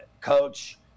Coach